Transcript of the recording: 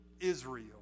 Israel